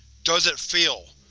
does it feel?